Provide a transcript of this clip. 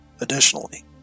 Additionally